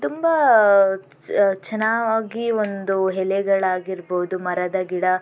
ತುಂಬ ಚೆನ್ನಾಗಿ ಒಂದು ಎಲೆಗಳಾಗಿರ್ಬೋದು ಮರದ ಗಿಡ